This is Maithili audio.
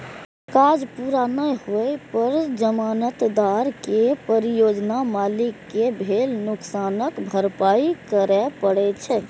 काज पूरा नै होइ पर जमानतदार कें परियोजना मालिक कें भेल नुकसानक भरपाइ करय पड़ै छै